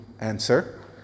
answer